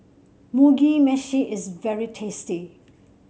Mugi Meshi is very tasty